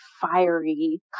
fiery